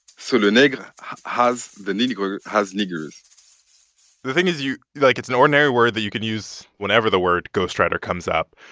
so le negre has the nigger has niggers the thing is, you like, it's an ordinary word that you can use whenever the word ghostwriter comes up.